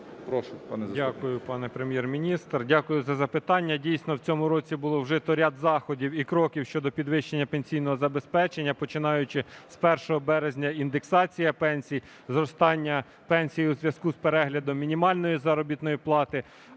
Дякую, пане Прем'єр-міністр, дякую за запитання. Дійсно, в цьому році було вжито ряд заходів і кроків щодо підвищення пенсійного забезпечення. Починаючи з 1 березня, індексація пенсій, зростання пенсій у зв'язку з переглядом мінімальної заробітної плати,